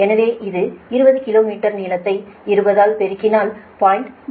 எனவே இது 20 கிலோமீட்டர் நீளத்தை 20 ஆல் பெருக்கினால் 0